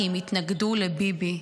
כי הם התנגדו לביבי.